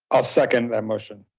i'll second that motion.